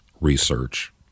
research